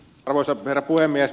arvoisa herra puhemies